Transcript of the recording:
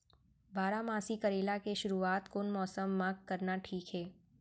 बारामासी करेला के शुरुवात कोन मौसम मा करना ठीक हे?